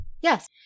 Yes